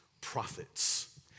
prophets